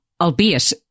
albeit